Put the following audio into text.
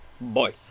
Boy